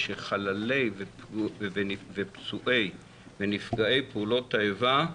שחללי ופצועי ונפגעי פעולות האיבה,